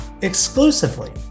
exclusively